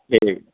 جی جی